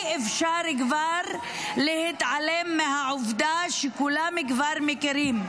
כבר אי-אפשר להתעלם מהעובדה שכולם כבר מכירים,